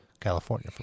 California